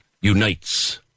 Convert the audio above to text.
unites